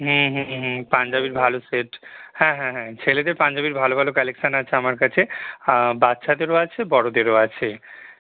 হুম হুম হুম পাঞ্জাবির ভালো সেট হ্যাঁ হ্যাঁ হ্যাঁ ছেলেদের পাঞ্জাবির ভালো ভালো কালেকশান আছে আমার কাছে বাচ্চাদেরও আছে বড়োদেরও আছে